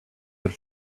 had